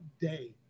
day